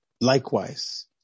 Likewise